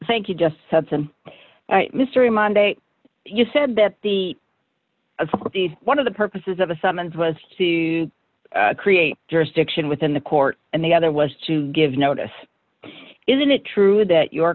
thank you just said some mystery monday you said that the one of the purposes of a summons was to see you create jurisdiction within the court and the other was to give notice isn't it true that your